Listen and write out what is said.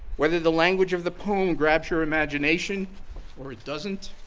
whether the language of the poem grabs your imagination or it doesn't.